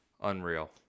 unreal